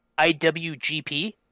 IWGP